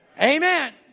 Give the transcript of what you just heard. Amen